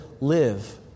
live